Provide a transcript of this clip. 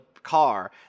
car